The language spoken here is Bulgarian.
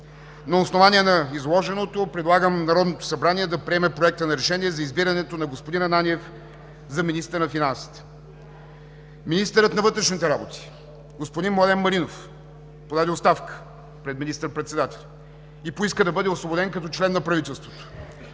На основание на изложеното предлагам Народното събрание да приеме Проекта на решение за избирането на господин Ананиев за министър на финансите. Министърът на вътрешните работи господин Младен Маринов подаде оставка пред министър-председателя и поиска да бъде освободен като член на правителството.